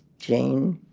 jane.